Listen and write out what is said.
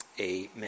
Amen